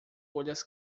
folhas